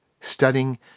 studying